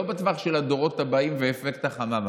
לא בטווח של הדורות הבאים ואפקט החממה,